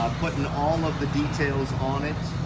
putting all of the details on it,